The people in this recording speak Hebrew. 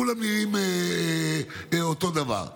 כולם נראים אותו דבר.